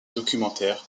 documentaires